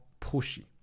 pushy